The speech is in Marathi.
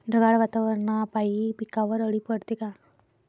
ढगाळ वातावरनापाई पिकावर अळी पडते का?